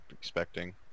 expecting